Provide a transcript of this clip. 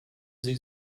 sie